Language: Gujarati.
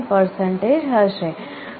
39 હશે